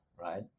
right